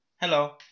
hello